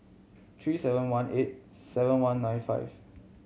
three seven one eight seven one nine five